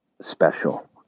special